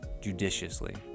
judiciously